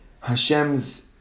Hashem's